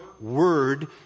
Word